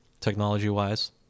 technology-wise